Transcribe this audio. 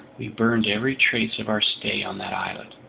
we burned every trace of our stay on that islet,